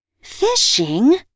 Fishing